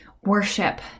worship